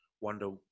wonder